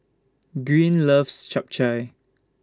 Green loves Chap Chai